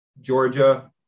Georgia